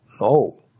no